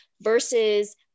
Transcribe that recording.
versus